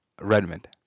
Redmond